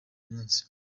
munsi